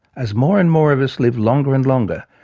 as more and more of us live longer and longer,